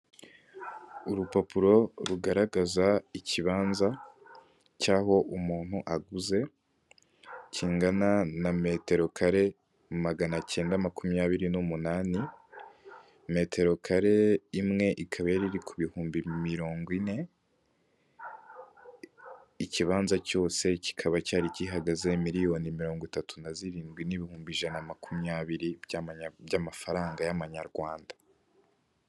Urupapuro rugaragaza ikibanza cy'aho umuntu aguze, kingana na meterokare magana cyenda makumyabiri n'umunani, meterokare imwe ikaba yari iri ku bihumbi mirongo ine, ikibanza cyose kikaba cyari gihagaze miliyoni mirongo itatu na zirindwi n'ibihumbi ijana makumyabiri by'amanya by'amafaranga y'amanyarwanda.